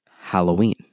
Halloween